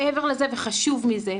מעבר לזה וחשוב מזה,